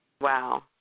Wow